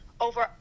over